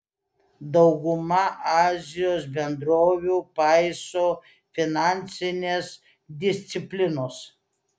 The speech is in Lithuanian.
dauguma azijos bendrovių paiso finansinės disciplinos